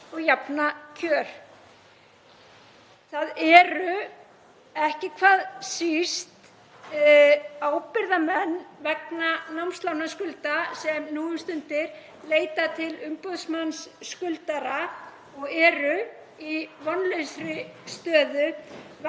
og jafna kjör. Það eru ekki hvað síst ábyrgðarmenn vegna námslánaskulda sem nú um stundir leita til umboðsmanns skuldara og eru í vonlausri stöðu